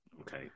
okay